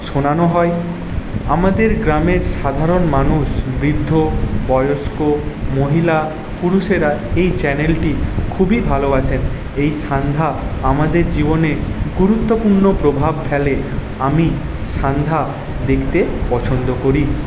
শোনানো হয় আমাদের গ্রামের সাধারণ মানুষ বৃদ্ধ বয়স্ক মহিলা পুরুষেরা এই চ্যানেলটি খুবই ভালোবাসেন এই সান্ধ্যা আমাদের জীবনে গুরুত্বপূর্ণ প্রভাব ফেলে আমি সান্ধ্যা দেখতে পছন্দ করি